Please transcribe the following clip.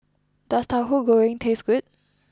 does Tahu Goreng taste good